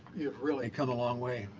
really come a long way.